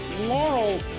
Laurel